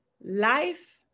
life